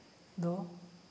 ᱫᱚ